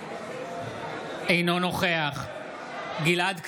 אינו נוכח גלעד קריב,